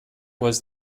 was